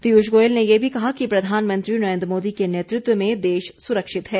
पीयूष गोयल ने ये भी कहा कि प्रधानमंत्री नरेन्द्र मोदी के नेतृत्व में देश सुरक्षित है